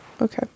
okay